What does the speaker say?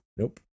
Nope